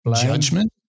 judgment